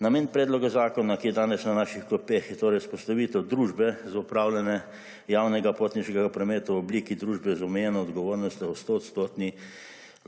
Namen predloga zakona, ki je danes na naših klopeh, je torej vzpostavitev družbe za upravljanje javnega potniškega prometa v obliki družbe z omejeno odgovornostjo v 100-odstotni